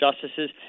justices